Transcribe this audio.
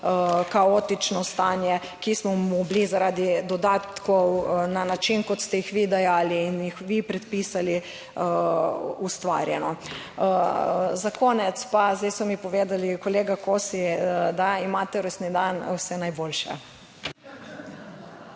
kaotično stanje, ki smo mu bili zaradi dodatkov na način, kot ste jih vi dajali in jih vi predpisali ustvarjeno. Za konec pa: zdaj so mi povedali, kolega Kosi, da imate rojstni dan. Vse najboljše.